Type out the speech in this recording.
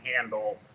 handle